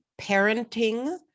Parenting